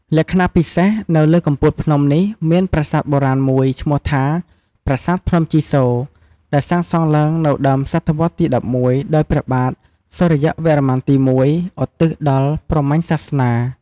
លក្ខណៈពិសេស នៅលើកំពូលភ្នំនេះមានប្រាសាទបុរាណមួយឈ្មោះថា ប្រាសាទភ្នំជីសូ ដែលសាងសង់ឡើងនៅដើមសតវត្សទី ១១ ដោយព្រះបាទសុរិយវរ្ម័នទី១ ឧទ្ទិសដល់ព្រហ្មញ្ញសាសនា។